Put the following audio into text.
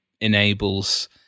enables